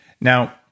Now